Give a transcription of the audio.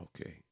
Okay